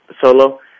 solo